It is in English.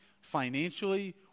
financially